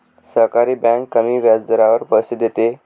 सहकारी बँक कमी व्याजदरावर पैसे देते